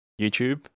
YouTube